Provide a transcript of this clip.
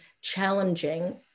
challenging